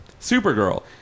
Supergirl